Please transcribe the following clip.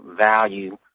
value